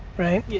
right?